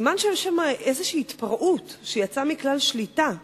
סימן שיש שם איזו התפרעות שיצאה מכלל שליטה.